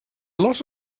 lot